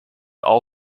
all